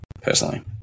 Personally